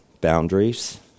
boundaries